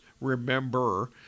remember